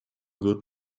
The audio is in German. wird